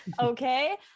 Okay